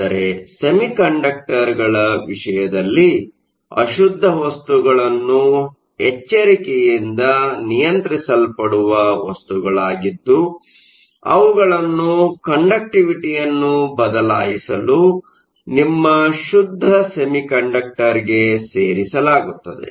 ಆದರೆ ಸೆಮಿಕಂಡಕ್ಟರ್ಗಳ ವಿಷಯದಲ್ಲಿ ಅಶುದ್ಧ ವಸ್ತುಗಳನ್ನು ಎಚ್ಚರಿಕೆಯಿಂದ ನಿಯಂತ್ರಿಸಲ್ಪಡುವ ವಸ್ತುಗಳಾಗಿದ್ದು ಅವುಗಳನ್ನು ಕಂಡಕ್ಟಿವಿಟಿಯನ್ನು ಬದಲಾಯಿಸಲು ನಿಮ್ಮ ಶುದ್ಧ ಸೆಮಿಕಂಡಕ್ಟರ್ಗೆ ಸೇರಿಸಲಾಗುತ್ತದೆ